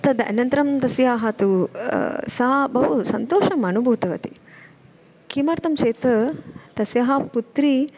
तद् अन्नतरं तस्याः तु सा बहु सन्तोषम् अनुभूतवती किमर्थं चेत् तस्याः पुत्री